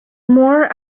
more